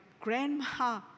grandma